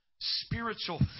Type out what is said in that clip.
spiritual